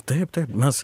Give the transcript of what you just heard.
taip taip mes